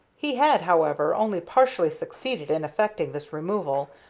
he had, however, only partially succeeded in effecting this removal,